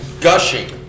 gushing